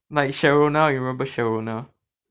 like sharona you remember sharona